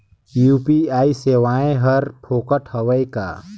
UPI सेवाएं हर फोकट हवय का?